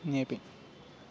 in ap